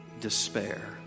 despair